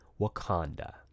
Wakanda